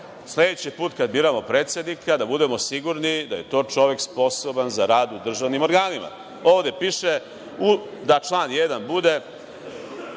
sledeći put kada biramo predsednika da budemo sigurni da je to čovek sposoban za rad u državnim organima. Ovde piše da član 1. bude